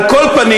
על כל פנים,